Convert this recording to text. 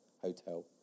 Hotel